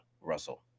Russell